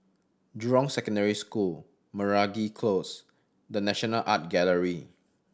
Jurong Secondary School Meragi Close The National Art Gallery